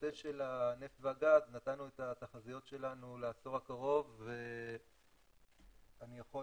בנושא של הנפט והגז נתנו את התחזיות שלנו לעשור הקרוב ואני יכול